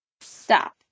stop